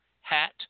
hat